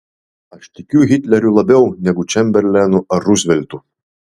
aš tikiu hitleriu labiau negu čemberlenu ar ruzveltu